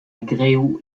gréoux